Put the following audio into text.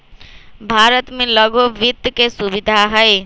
भारत में लघु वित्त के सुविधा हई